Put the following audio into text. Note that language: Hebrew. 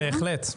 בהחלט.